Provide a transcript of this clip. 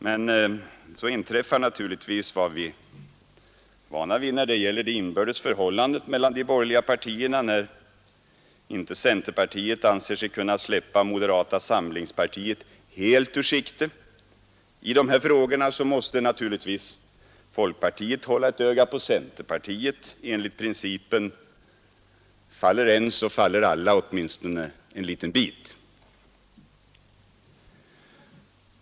Men så inträffar naturligtvis vad vi är vana vid när det gäller de inbördes förhållandena mellan de borgerliga partierna. När inte centerpartiet anser sig kunna släppa moderata samlingspartiet helt ur sikte i dessa frågor så måste naturligtvis folkpartiet hålla ett öga på centerpartiet enligt principen faller en så faller alla — åtminstone en liten bit.